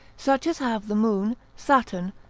such as have the moon, saturn,